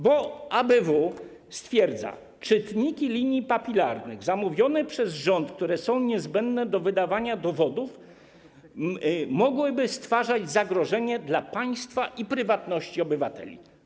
Bo ABW stwierdza: czytniki linii papilarnych zamówione przez rząd, które są niezbędne do wydawania dowodów, mogłyby stwarzać zagrożenie dla państwa i prywatności obywateli.